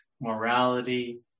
morality